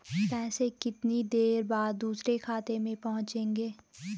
पैसे कितनी देर बाद दूसरे खाते में पहुंचेंगे?